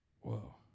whoa